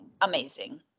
Amazing